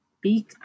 big